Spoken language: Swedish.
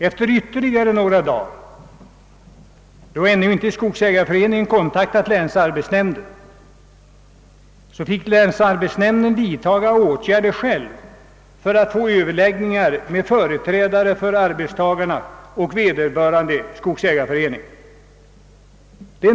Efter ytterligare några dagar fick länsarbetsnämnden, eftersom <skogsägareföreningen ännu inte tagit kontakt med denna, själv vidta åtgärder för att få överläggningar med företrädare för arbetstagarna och vederbörande skogsägareförening.